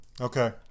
okay